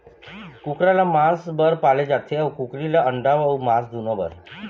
कुकरा ल मांस बर पाले जाथे अउ कुकरी ल अंडा अउ मांस दुनो बर